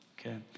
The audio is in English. okay